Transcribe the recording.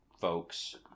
folks